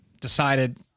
decided